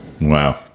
Wow